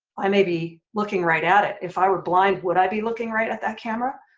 i may be looking right at it. if i were blind would i be looking right at that camera?